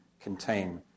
contain